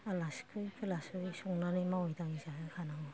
आलासि फैब्लासो संनानै मावै दाङै जाहोखानो हानांगौ